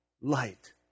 light